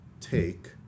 take